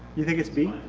you think it's b?